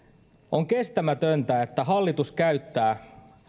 on kestämätöntä että hallitus käyttää